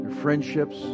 friendships